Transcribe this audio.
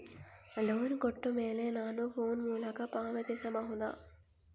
Loan ಕೊಟ್ಟ ಮೇಲೆ ನಾನು ಫೋನ್ ಮೂಲಕ ಪಾವತಿಸಬಹುದಾ?